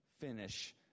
finish